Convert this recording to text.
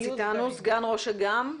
סגן ראש אג"ם.